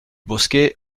bosquet